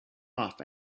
off